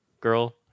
girl